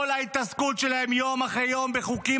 כל ההתעסקות שלהם יום אחרי יום היא בחוקים